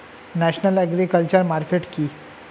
National agriculture market কি?